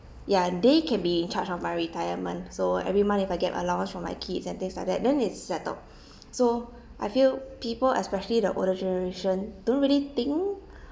ya they can be in charge of my retirement so every month if I get allowance from my kids and things like that then it's settled so I feel people especially the older generation don't really think